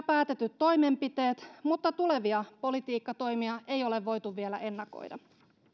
päätetyt toimenpiteet mutta tulevia politiikkatoimia ei ole voitu vielä ennakoida